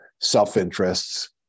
self-interests